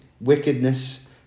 wickedness